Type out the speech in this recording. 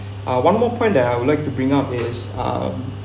uh one more point that I would like to bring up is um